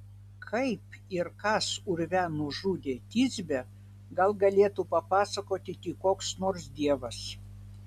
kaip ir kas urve nužudė tisbę gal galėtų papasakoti tik koks nors dievas